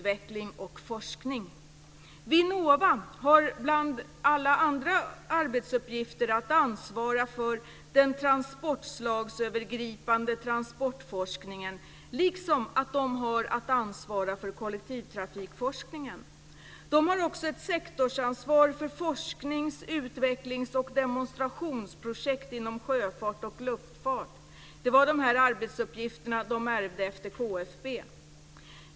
Vinnova har bland alla andra arbetsuppgifter att ansvara för den övergripande forskningen om transportslag liksom att ansvara för forskningen om kollektivtrafik. Vinnova har också sektorsansvar för forsknings-, utvecklings och demonstrationsprojekt inom sjöfart och luftfart. Det var de arbetsuppgifterna verket ärvde efter KFB.